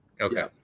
Okay